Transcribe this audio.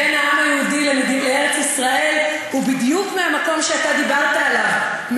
בין העם היהודי לארץ-ישראל הוא בדיוק מהמקום שאתה דיברת עליו,